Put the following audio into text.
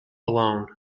alone